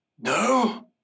No